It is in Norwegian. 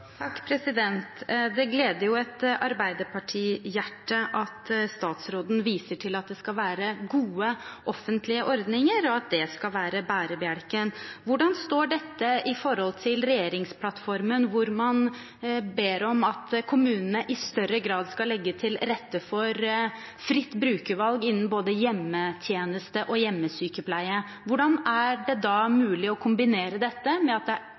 skal være gode offentlige ordninger, og at det skal være bærebjelken. Hvordan står dette i forhold til regjeringsplattformen, hvor man ber om at kommunene i større grad skal legge til rette for fritt brukervalg innen både hjemmetjeneste og hjemmesykepleie? Hvordan er det mulig å kombinere dette med at det